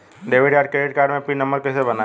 Debit या credit card मे PIN number कैसे बनाएम?